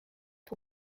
for